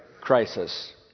crisis